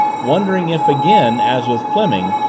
wondering if again, as with fleming,